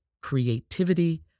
creativity